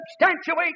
substantiate